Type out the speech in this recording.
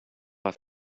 have